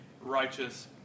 righteous